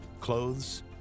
clothes